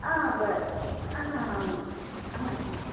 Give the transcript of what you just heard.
आं बरें आ हा हा आं हा